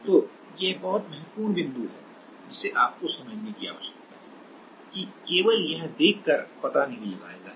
तो यह बहुत महत्वपूर्ण बिंदु है जिसे आपको समझने की आवश्यकता है कि यह केवल देखकर पता नहीं लगाया जा सकता है